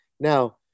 Now